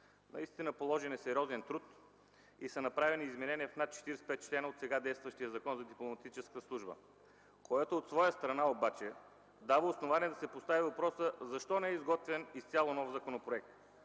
Наистина е положен сериозен труд и са направени изменения в над 45 члена на сега действащия Закон за дипломатическата служба, което от своя страна обаче дава основание да се постави въпросът защо не е изготвен изцяло нов законопроект?